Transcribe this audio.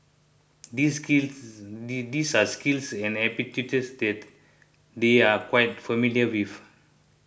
these skills these are skills and aptitudes that they are quite familiar with